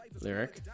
lyric